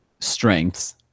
strengths